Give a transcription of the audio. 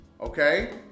okay